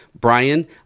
Brian